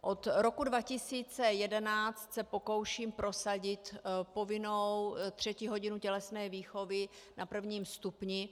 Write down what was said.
Od roku 2011 se pokouším prosadit povinnou třetí hodinu tělesné výchovy na prvním stupni.